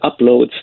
uploads